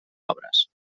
obres